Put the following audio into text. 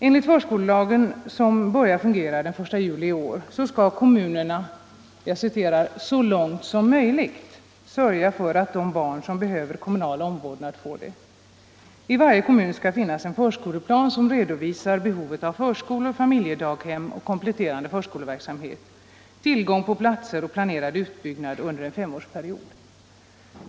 Enligt förskolelagen som träder i kraft den 1 juli i år skall kommunerna ”så långt som möjligt” sörja för att de barn som behöver kommunal omvårdnad får det. I varje kommun skall finnas en förskoleplan som redovisar behovet av förskolor, familjedaghem och kompletterande förskoleverksamhet, tillgång på platser och planerad utbyggnad under en femårsperiod.